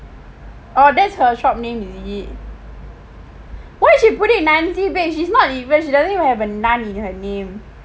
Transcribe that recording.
orh that's her shop name is it why she put it nonesy bakes she's doesn't even she doesn't even have a none in her name